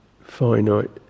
finite